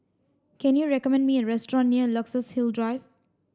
can you recommend me a restaurant near Luxus Hill Drive